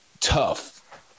tough